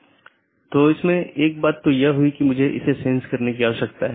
network layer reachability की जानकारी की एक अवधारणा है